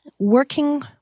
Working